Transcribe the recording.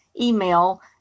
email